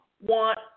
want